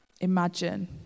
Imagine